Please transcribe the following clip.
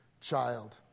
child